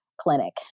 clinic